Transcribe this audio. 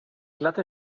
glatte